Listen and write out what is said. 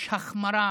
יש החמרה